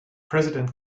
präsident